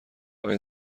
آیا